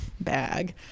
bag